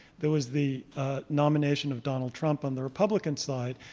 there was the nomination of donald trump on the republican side,